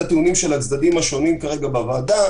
הטיעונים של הצדדים השונים כרגע בוועדה,